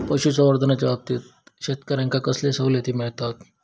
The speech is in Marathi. पशुसंवर्धनाच्याबाबतीत शेतकऱ्यांका कसले सवलती मिळतत?